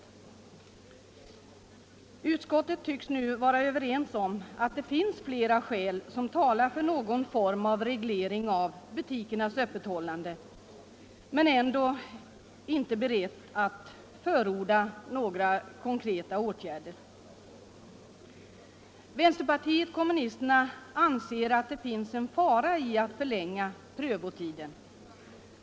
I utskottet tycks man nu vara överens om att det finns flera skäl som talar för någon form av reglering av butikernas öppethållande, men man är ännu inte beredd att förorda några konkreta åtgärder. Vänsterpartiet kommunisterna anser att det ligger en fara i att förlänga prövotiden.